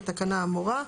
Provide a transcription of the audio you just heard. לתקנה האמורה.